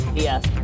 Yes